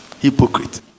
Hypocrite